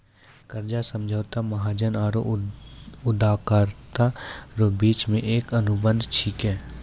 कर्जा समझौता महाजन आरो उदारकरता रो बिच मे एक अनुबंध छिकै